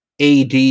ad